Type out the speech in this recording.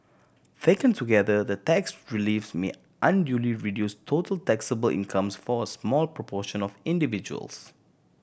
taken together the tax reliefs may unduly reduce total taxable incomes for a small proportion of individuals